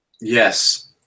Yes